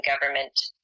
government